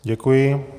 Děkuji.